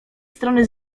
strony